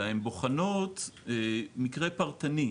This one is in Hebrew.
אלא הן בוחנות מקרה פרטני,